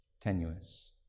tenuous